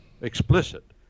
explicit